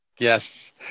Yes